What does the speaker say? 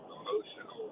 emotional